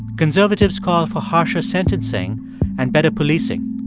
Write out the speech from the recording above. conservatives call for harsher sentencing and better policing.